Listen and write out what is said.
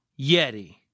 Yeti